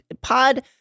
Pod